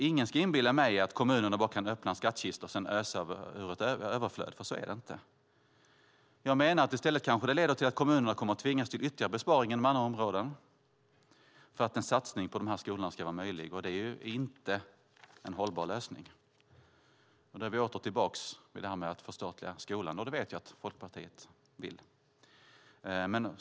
Ingen ska inbilla mig att kommunerna kan öppna skattkistor och sedan ösa ur ett överflöd. Så är det inte. I stället kanske kommunerna tvingas till ytterligare besparingar inom andra områden för att en satsning på skolan ska vara möjlig. Det är inte en hållbar lösning. Då är vi åter tillbaka till att förstatliga skolan. Det vet jag att Folkpartiet vill.